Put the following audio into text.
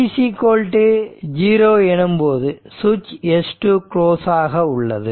t0 எனும் போது சுவிட்ச் S2 க்ளோஸ் ஆக உள்ளது